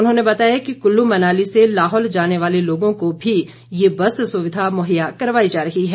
उन्होंने बताया कि कुल्लू मनाली से लाहौल जाने वाले लोगों को भी ये बस सुविधा मुहैया करवाई जा रही है